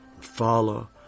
Follow